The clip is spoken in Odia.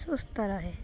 ସୁସ୍ଥ ରହେ